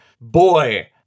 Boy